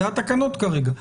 אלה התקנות כרגע,